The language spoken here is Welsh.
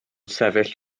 sefyll